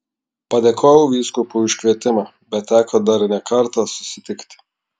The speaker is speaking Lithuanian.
padėkojau vyskupui už kvietimą bet teko dar ne kartą susitikti